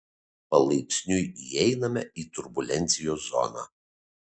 palaipsniui įeiname į turbulencijos zoną